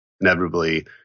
inevitably